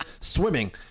swimming